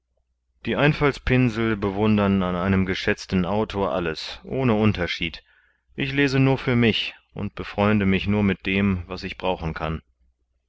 die einfaltspinsel bewundern an einem geschätzten autor alles ohne unterschied ich lese nur für mich und befreunde mich nur mit dem was ich brauchen kann